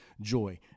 joy